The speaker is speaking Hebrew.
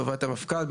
בהובלת המפכ״ל,